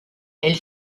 elle